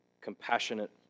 compassionate